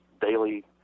daily